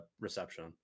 reception